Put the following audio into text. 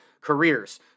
careers